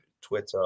Twitter